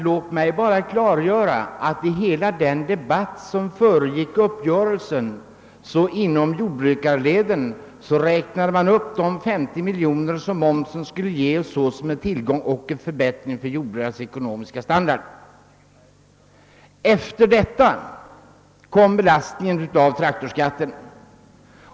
Låt mig bara klargöra att man inom jordbrukarleden i hela den debatt som föregick uppgörelsen räknade in de 50 miljoner kronor som momsen skulle ge såsom en förbättring av jordbrukarnas ekonomiska standard. Efter detta kom belastningen av traktorskatten.